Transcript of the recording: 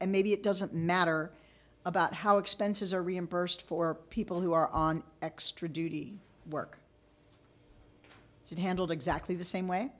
and maybe it doesn't matter about how expenses are reimbursed for people who are on extra duty work is it handled exactly the same way